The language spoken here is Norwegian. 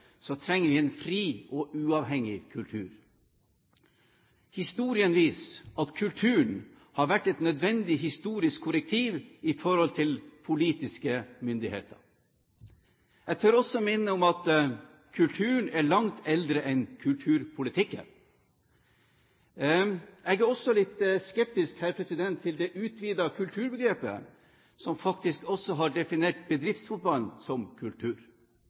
vi trenger en fri og uavhengig kultur. Historien viser at kulturen har vært et nødvendig historisk korrektiv i forhold til politiske myndigheter. Jeg tør også minne om at kulturen er langt eldre enn kulturpolitikken. Jeg er også litt skeptisk til det utvidede kulturbegrepet, som faktisk også har definert bedriftsfotballen som kultur.